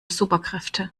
superkräfte